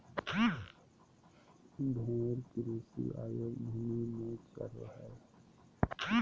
भेड़ कृषि अयोग्य भूमि में चरो हइ